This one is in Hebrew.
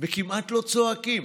וכמעט לא צועקים.